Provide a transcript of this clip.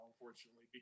unfortunately